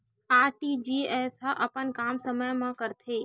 RTGS ह अपन काम समय मा करथे?